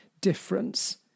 difference